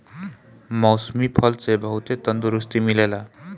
मौसमी फल से बहुते तंदुरुस्ती मिलेला